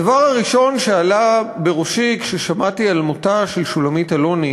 הדבר הראשון שעלה בראשי כששמעתי על מותה של שולמית אלוני